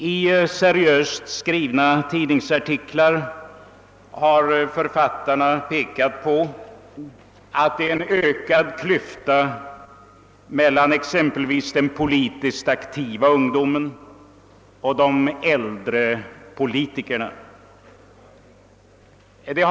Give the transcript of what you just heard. I seriöst skrivna tidningsartiklar har författarna påpekat att klyftan mellan exempelvis den politiskt aktiva ungdomen och de äldre politikerna vidgas.